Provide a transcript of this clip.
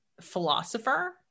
philosopher